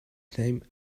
time